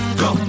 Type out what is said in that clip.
go